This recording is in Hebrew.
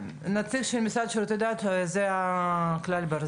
נציג של המשרד לשירותי דת זה כלל ברזל.